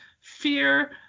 fear